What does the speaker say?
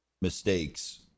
mistakes